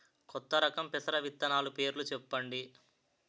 కొత్త రకం పెసర విత్తనాలు పేర్లు చెప్పండి?